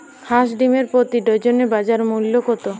হাঁস ডিমের প্রতি ডজনে বাজার মূল্য কত?